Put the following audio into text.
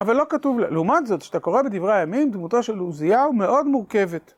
אבל לא כתוב, לעומת זאת כשאתה קורא בדברי הימים דמותו של עוזיהו מאוד מורכבת.